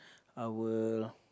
I will